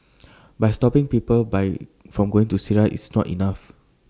by stopping people by from going to Syria is not enough